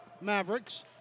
Mavericks